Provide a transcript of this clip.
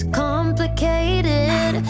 complicated